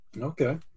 Okay